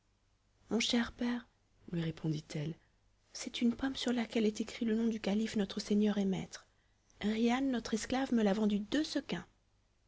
mon cher père lui répondit-elle c'est une pomme sur laquelle est écrit le nom du calife notre seigneur et maître rihan notre esclave me l'a vendue deux